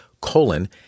colon